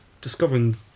discovering